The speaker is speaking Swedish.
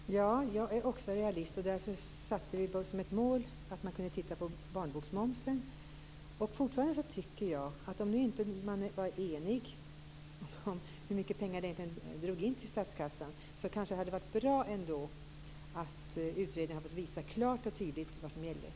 Herr talman! Jag är också realist, och därför satte vi som mål att man kunde titta på barnboksmomsen. Jag anser fortfarande att det hade varit bra om utredningen fått visa klart och tydligt vad som gäller, när man nu inte var enig om hur mycket pengar bokmomsen verkligen drar in till statskassan.